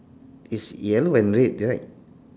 it's yellow and red correct